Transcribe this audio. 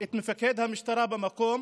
את מפקד המשטרה במקום